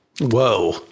Whoa